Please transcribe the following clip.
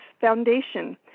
Foundation